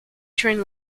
drained